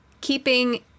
keeping